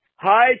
Hi